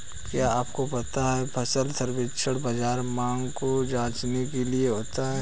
क्या आपको पता है फसल सर्वेक्षण बाज़ार मांग को जांचने के लिए होता है?